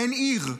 אין עיר.